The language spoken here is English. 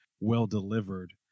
well-delivered